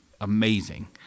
amazing